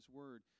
word